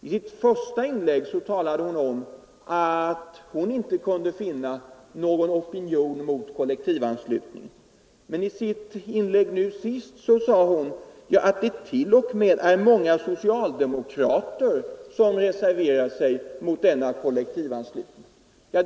I sitt första inlägg talade hon om att hon inte kunde finna någon opinion mot kollektivanslutning, men i sitt senaste inlägg sade hon att det t.o.m. är många socialdemokrater som reserverar sig mot kollektivanslutningen.